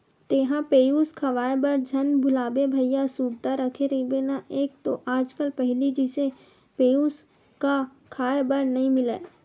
तेंहा पेयूस खवाए बर झन भुलाबे भइया सुरता रखे रहिबे ना एक तो आज कल पहिली जइसे पेयूस क खांय बर नइ मिलय